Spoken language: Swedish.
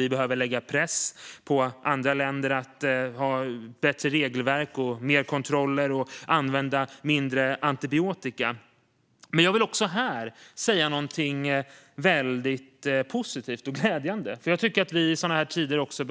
Vi behöver lägga press på andra länder att ha bättre regelverk, ha fler kontroller och använda mindre antibiotika. Även i detta sammanhang vill jag dock säga något som är väldigt positivt och glädjande. Jag tycker nämligen att vi i tider som dessa också